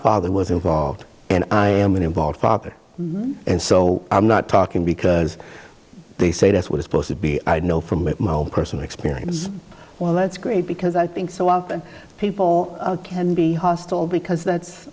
father was involved and i am an involved father and so i'm not talking because they say that's what is supposed to be i know from personal experience well that's great because i think so often people can be hostile because that's